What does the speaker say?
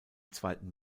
zweiten